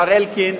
מר אלקין,